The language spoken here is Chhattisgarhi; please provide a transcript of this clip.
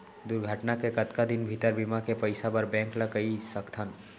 दुर्घटना के कतका दिन भीतर बीमा के पइसा बर बैंक ल कई सकथन?